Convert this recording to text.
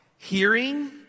Hearing